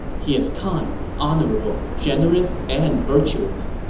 he is kind, honorable, generous, and virtuous,